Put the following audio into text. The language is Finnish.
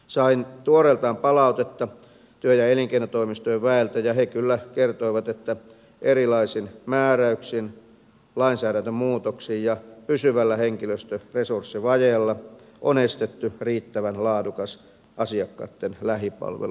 sain tuoreeltaan palautetta työ ja elinkeinotoimistojen väeltä ja he kyllä kertoivat että erilaisin määräyksin lainsäädäntömuutoksin ja pysyvällä henkilöstöresurssivajeella on estetty riittävän laadukas asiakkaitten lähipalvelu